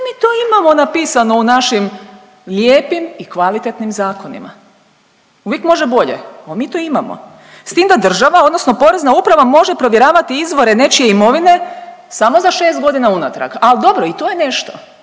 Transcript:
mi to imamo napisano u našim lijepim i kvalitetnim zakonima, uvijek može bolje, al mi to imamo. S tim da država odnosno Porezna uprava može provjeravati izvore nečije imovine samo za 6.g. unatrag, al dobro i to je nešto,